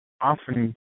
often